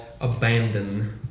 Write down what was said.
abandon